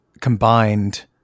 combined